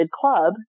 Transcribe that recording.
club